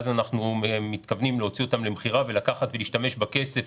אז אנחנו מתכוונים להוציא אותן למכירה ולהשתמש בכסף